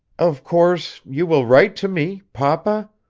of course you will write to me papa?